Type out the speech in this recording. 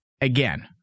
Again